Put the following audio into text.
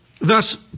Thus